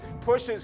pushes